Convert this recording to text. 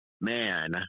Man